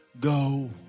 Go